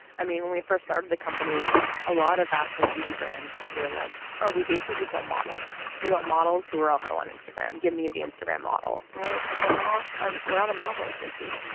i mean when we first started the company a lot of fashion and beauty brands were like oh we basically just want models. we want models who are also on instagram give me the instagram model and we're like we're not we're not a model agency.